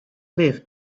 live